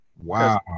Wow